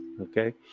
Okay